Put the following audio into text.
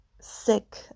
sick